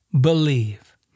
believe